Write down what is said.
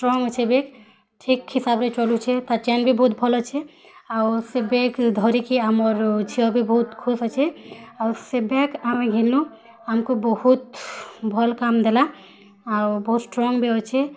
strong ଅଛେ bag ଠିକ୍ ହିସାବ୍ରେ ଚଲୁଛେ ତା'ର୍ ଚେନ୍ ବି ବହୁତ୍ ଭଲ୍ ଅଛେ ଆଉ ସେ ବ୍ୟାଗ୍ ଧରିକି ଆମର୍ ଝିଅ ବି ବହୁତ୍ ଖୁସ୍ ଅଛେ ଆଉ ସେ ବ୍ୟାଗ୍ ଆମେ ଘିନ୍ଲୁଁ ଆମ୍କୁ ବହୁତ୍ ଭଲ୍ କାମ୍ ଦେଲା ଆଉ ବହୁତ୍ ଷ୍ଟ୍ରଙ୍ଗ୍ ବି ଅଛେ